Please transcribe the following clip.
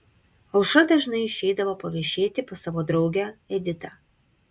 aušra dažnai išeidavo paviešėti pas savo draugę editą